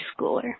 schooler